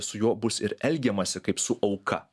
su juo bus ir elgiamasi kaip su auka